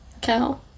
cow